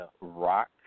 rock